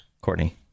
Courtney